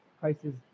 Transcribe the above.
prices